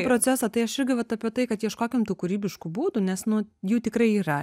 procesą tai aš irgi vat apie tai kad ieškokim tų kūrybiškų būdų nes nu jų tikrai yra